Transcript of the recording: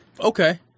Okay